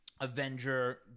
Avenger